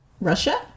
russia